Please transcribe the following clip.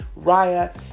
Raya